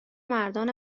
مردان